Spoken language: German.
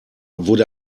wurde